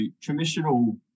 traditional